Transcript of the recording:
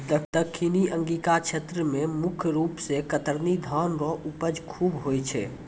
दक्खिनी अंगिका क्षेत्र मे मुख रूप से कतरनी धान रो उपज खूब होय छै